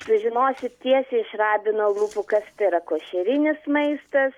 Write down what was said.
sužinosit tiesiai iš rabino lūpų kas tai yra košerinis maistas